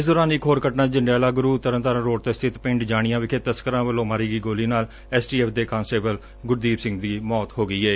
ਇਸ ਦੌਰਾਨ ਇਕ ਹੋਰ ਘਟਨਾ ਚ ਜੰਡਿਆਲਾ ਗੁਰੁ ਤਰਨਤਾਰਨ ਰੋਡ ਤੇ ਸਥਿਤ ਪਿੰਡ ਜਾਣੀਆਂ ਵਿਖੇ ਤਸਕਰਾਂ ਵਲੋਂ ਮਾਰੀ ਗਈ ਗੋਲੀ ਨਾਲ ਐਸ ਟੀ ਐਫ ਦੇ ਕਾਂਸਟੇਬਲ ਗੁਰਦੀਪ ਸਿੰਘ ਦੀ ਮੌਤ ਹੋ ਗਈ ਏ